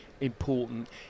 important